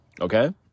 Okay